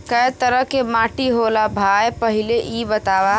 कै तरह के माटी होला भाय पहिले इ बतावा?